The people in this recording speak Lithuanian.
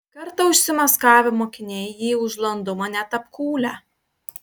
kartą užsimaskavę mokiniai jį už landumą net apkūlę